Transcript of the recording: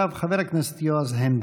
אחריו, חבר הכנסת יועז הנדל.